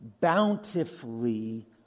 bountifully